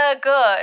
good